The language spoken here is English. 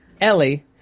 Ellie